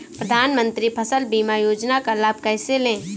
प्रधानमंत्री फसल बीमा योजना का लाभ कैसे लें?